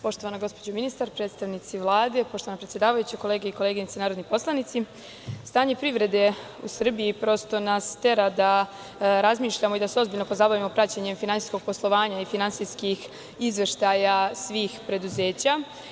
Poštovana gospođo ministar, predstavnici Vlade, poštovana predsedavajuća, koleginice i kolege narodni poslanici, stanje privrede u Srbiji prosto nas tera da razmišljamo i da se ozbiljno pozabavimo praćenjem finansijskog poslovanja i finansijskih izveštaja svih preduzeća.